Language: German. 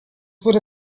wurde